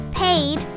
paid